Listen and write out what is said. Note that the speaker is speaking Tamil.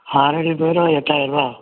ஆறடி பீரோ எட்டாயர்ரூபா